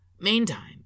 meantime